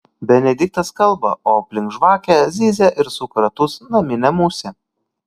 benediktas kalba o aplink žvakę zyzia ir suka ratus naminė musė